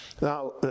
Now